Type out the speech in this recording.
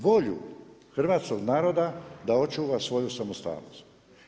Volju hrvatskog naroda, da očuva svoju samostalnost.